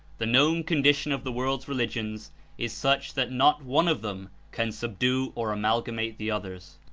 the known condition of the world's religions is such that not one of them can subdue or amalgamate the others.